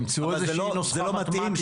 תמצאו איזו נוסחה מתמטית,